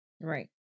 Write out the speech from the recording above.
right